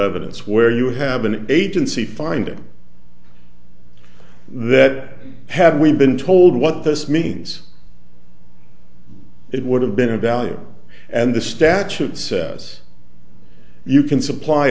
evidence where you have an agency finding that have we been told what this means it would have been invaluable and the statute says you can supply